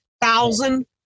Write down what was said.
Thousand